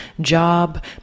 job